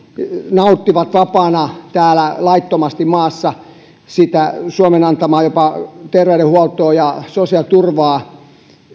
nauttivat vapaana laittomasti maassa jopa suomen antamaa terveydenhuoltoa ja sosiaaliturvaa